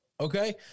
Okay